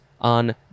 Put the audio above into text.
on